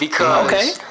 Okay